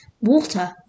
water